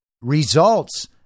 results